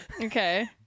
Okay